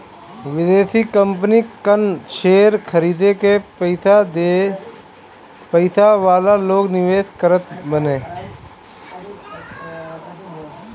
विदेशी कंपनी कअ शेयर खरीद के पईसा वाला लोग निवेश करत बाने